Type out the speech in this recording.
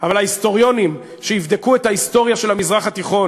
אבל ההיסטוריונים שיבדקו את ההיסטוריה של המזרח התיכון